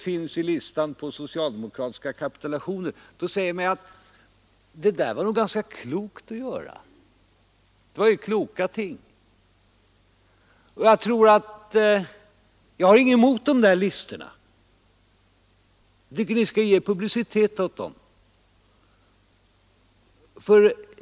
Man kommer att anse att det var kloka beslut. Jag har ingenting emot dessa listor. Jag tycker att vi skall ge publicitet åt dem.